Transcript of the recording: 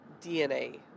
DNA